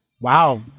Wow